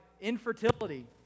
infertility